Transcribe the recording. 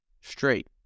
straight